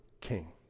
king